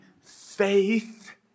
Faith